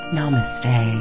Namaste